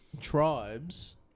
Tribes